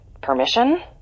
permission